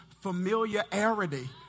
familiarity